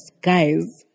Guys